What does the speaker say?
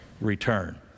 return